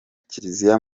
kiliziya